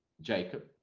Jacob